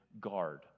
guard